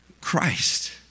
Christ